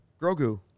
Grogu